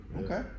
Okay